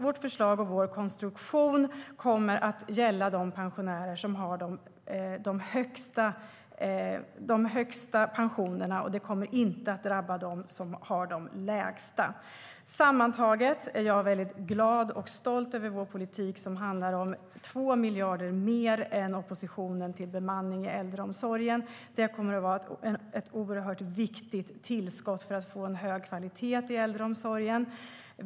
Vårt förslag och vår konstruktion kommer att gälla de pensionärer som har de högsta pensionerna. Det kommer inte att drabba dem som har de lägsta. Sammantaget är jag glad och stolt över vår politik, som handlar om att avsätta 2 miljarder mer än oppositionen till bemanning i äldreomsorgen. Det kommer att vara ett oerhört viktigt tillskott för att få hög kvalitet i äldreomsorgen.